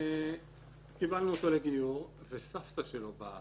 קיבלנו אותו לגיור וסבתא שלו באה,